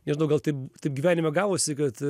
nežinau gal taip taip gyvenime gavosi kad